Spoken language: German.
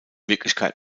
wirklichkeit